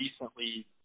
recently